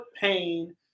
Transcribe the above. pain